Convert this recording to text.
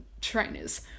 trainers